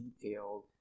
detailed